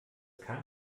kann